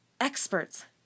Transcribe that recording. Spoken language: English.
experts